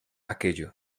aquello